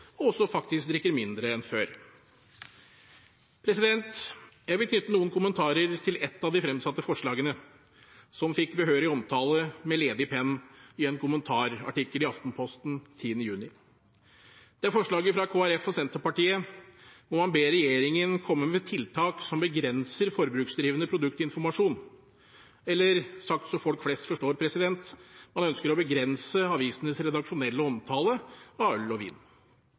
også faktisk drikker mindre enn før. Jeg vil knytte noen kommentarer til ett av de fremsatte forslagene som fikk behørig omtale med ledig penn i en kommentarartikkel i Aftenposten 10. juni. Det er forslaget fra Kristelig Folkeparti og Senterpartiet, hvor man ber regjeringen komme med tiltak som begrenser forbruksdrivende produktinformasjon. Eller sagt så folk flest forstår: Man ønsker å begrense avisenes redaksjonelle omtale av øl og